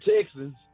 Texans